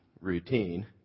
routine